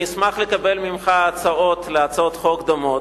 אני אשמח לקבל ממך הצעות להצעות חוק דומות.